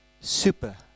super